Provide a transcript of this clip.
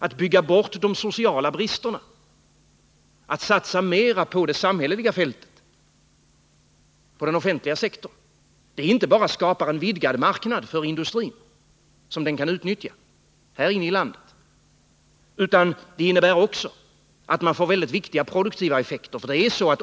Att bygga bort de sociala bristerna, att satsa mera på det samhälleliga fältet, på den offentliga sektorn, skapar inte bara en vidgad marknad för industrin, som denna kan utnyttja här i landet, utan det får också väldigt viktiga produktiva effekter.